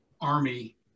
army